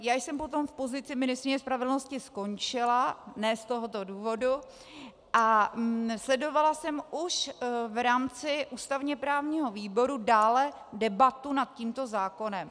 Já jsem potom v pozici ministryně spravedlnosti skončila, ne z tohoto důvodu, a sledovala jsem už v rámci ústavněprávního výboru dále debatu nad tímto zákonem.